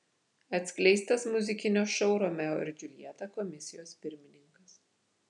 atskleistas muzikinio šou romeo ir džiuljeta komisijos pirmininkas